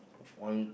one